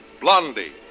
Blondie